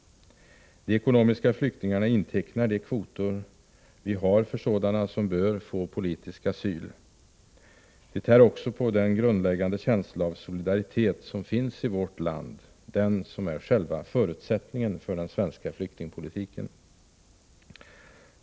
De ekonomiska flyktingarna intecknar de kvoter vi har för sådana som bör få politisk asyl. De tär också på den grundläggande känsla av solidaritet som finns i vårt land, den som är själva förutsättningen för den svenska flyktingpolitiken.